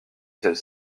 celle